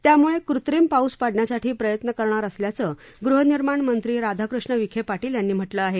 त्यामुळे कृत्रिम पाऊस पाडण्यासाठी प्रयत्न करणार असल्याचं गृह निर्माण मंत्री राधाकृष्ण विखे पाटील यांनी म्हटलं आहे